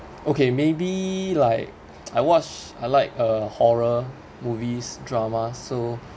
okay maybe like I watch I like uh horror movies drama so